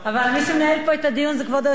אבל מי שמנהל פה את הדיון זה כבוד היושבת-ראש.